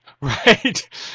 right